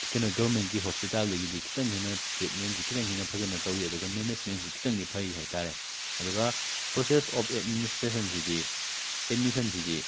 ꯀꯩꯅꯣ ꯒꯔꯃꯦꯟꯒꯤ ꯍꯣꯁꯄꯤꯇꯥꯜꯗꯒꯤꯗꯤ ꯈꯤꯇꯪ ꯍꯦꯟꯅ ꯇ꯭ꯔꯤꯠꯃꯦꯟꯁꯤ ꯈꯤꯇꯪ ꯍꯦꯟꯅ ꯐꯖꯅ ꯇꯧꯏ ꯑꯗꯨꯒ ꯃꯦꯅꯦꯖꯃꯦꯟꯁꯨ ꯈꯤꯇꯪꯗꯤ ꯐꯩ ꯍꯥꯏꯇꯥꯔꯦ ꯑꯗꯨꯒ ꯄ꯭ꯔꯣꯁꯦꯁ ꯑꯣꯐ ꯑꯦꯗꯃꯤꯅꯤꯁꯇ꯭ꯔꯦꯁꯟꯁꯤꯗꯤ ꯑꯦꯗꯃꯤꯁꯟꯁꯤꯗꯤ